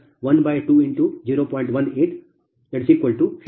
1868